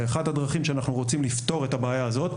אחד הדרכים שאנחנו רוצים לפתור את הבעיה הזאת,